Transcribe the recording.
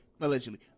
Allegedly